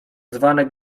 zwane